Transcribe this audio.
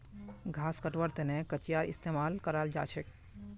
घास कटवार तने कचीयार इस्तेमाल कराल जाछेक